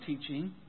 teaching